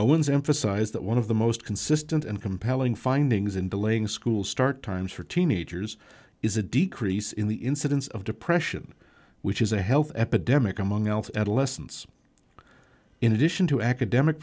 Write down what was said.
said owens emphasized that one of the most consistent and compelling findings in delaying school start times for teenagers is a decrease in the incidence of depression which is a health epidemic among elf adolescents in addition to academic